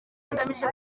kigamije